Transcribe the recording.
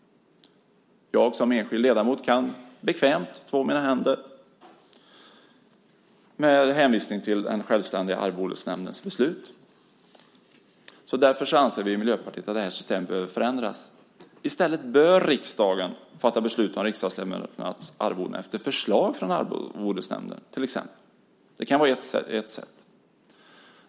Jag som enskild ledamot kan bekvämt två mina händer med hänvisning till den självständiga arvodesnämndens beslut. Därför anser vi i Miljöpartiet att det här systemet behöver förändras. I stället bör riksdagen fatta beslut om riksdagsledamöternas arvoden efter förslag från arvodesnämnden, till exempel. Det kan vara ett sätt.